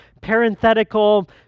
parenthetical